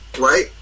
Right